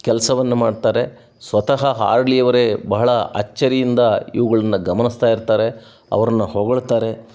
ಕೆಲಸವನ್ನ ಮಾಡ್ತಾರೆ ಸ್ವತಃ ಹಾರ್ಡ್ಲಿ ಅವರೇ ಬಹಳ ಅಚ್ಚರಿಯಿಂದ ಇವುಗಳನ್ನ ಗಮನಿಸಿರ್ತಾರೆ ಅವ್ರನ್ನು ಹೊಗಳ್ತಾರೆ